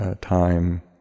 time